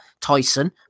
Tyson